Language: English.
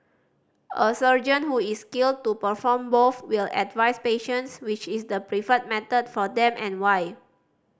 a surgeon who is skilled to perform both will advise patients which is the preferred method for them and why